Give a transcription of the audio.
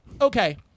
Okay